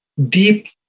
deep